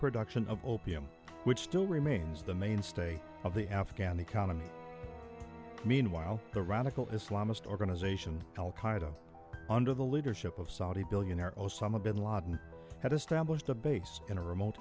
production of opium which still remains the mainstay of the afghan economy meanwhile the radical islamist organization al qaeda under the leadership of saudi billionaire osama bin laden had established a base in a remote